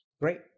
great